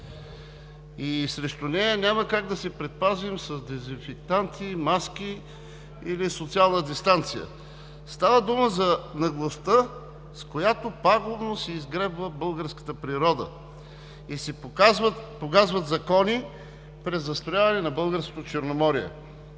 Срещу нея няма как да се предпазим с дезинфектанти, маски или социална дистанция. Става дума за наглостта, с която пагубно се изгребва българската природа – погазват се закони, презастрояване на Българското Черноморие.